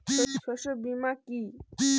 শস্য বীমা কি?